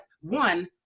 one